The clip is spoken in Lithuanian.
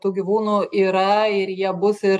tų gyvūnų yra ir jie bus ir